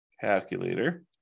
Calculator